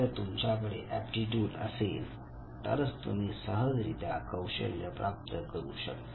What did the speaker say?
जर तुमच्याकडे एप्टीट्यूड असेल तरच तुम्ही सहज रित्या कौशल्य प्राप्त करू शकता